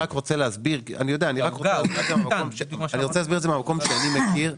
אני רוצה להסביר את זה מהמקום שאני מכיר,